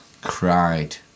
cried